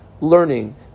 learning